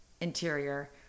interior